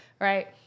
right